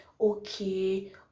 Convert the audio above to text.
okay